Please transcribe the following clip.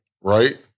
right